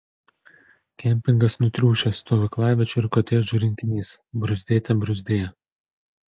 kempingas nutriušęs stovyklaviečių ir kotedžų rinkinys bruzdėte bruzdėjo